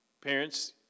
Parents